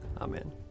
Amen